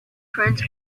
prince